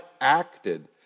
acted